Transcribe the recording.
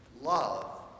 love